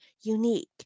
unique